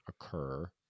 occur